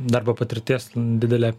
darbo patirties didelį